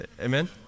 Amen